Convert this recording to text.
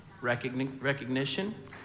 recognition